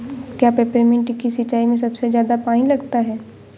क्या पेपरमिंट की सिंचाई में सबसे ज्यादा पानी लगता है?